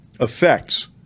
effects